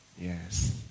yes